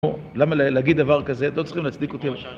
למה להגיד דבר כזה? אתם לא צריכים להצדיק אותי למשל.